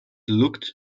looked